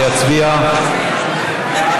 אם הוא לא יהיה, רויטל